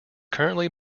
currently